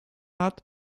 hat